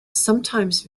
sometimes